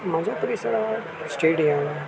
माझ्या परिसरात स्टेडियम